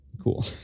Cool